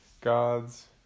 God's